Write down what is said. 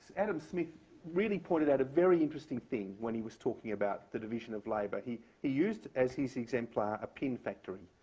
adam smith really pointed out a very interesting thing when he was talking about the division of labor. he he used as his exemplar a pin factory,